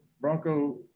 Bronco